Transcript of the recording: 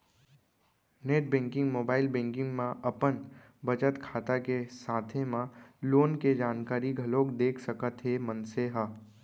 net banking, mobile banking म अपन बचत खाता के साथे म लोन के जानकारी घलोक देख सकत हे मनसे ह